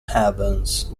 heavens